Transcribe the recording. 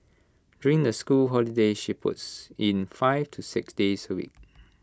during the school holidays she puts in five to six days A week